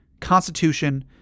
constitution